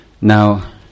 Now